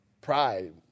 pride